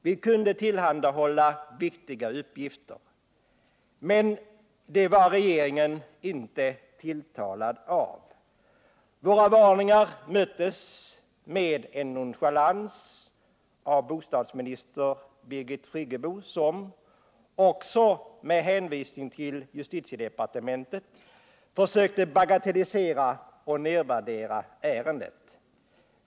Vi kunde tillhandahålla viktiga uppgifter. Men det var regeringen inte tilltalad av. Våra varningar möttes med nonchalans av bostadsminister Birgit Friggebo som — också med hänvisning till justitiedepartementet — försökte bagatellisera och nedvärdera ärendet.